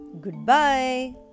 Goodbye